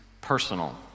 personal